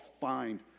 find